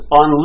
on